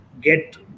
get